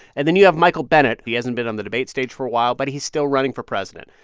and then you have michael bennet. he hasn't been on the debate stage for a while, but he's still running for president.